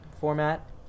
format